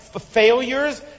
failures